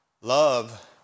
love